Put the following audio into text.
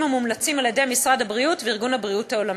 המומלצים על-ידי משרד הבריאות וארגון הבריאות העולמי.